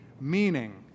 meaning